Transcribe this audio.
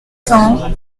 cents